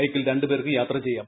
ബൈക്കിൽ രണ്ട് പേർക്ക് യാത്ര ചെയ്യാം